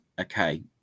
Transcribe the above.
okay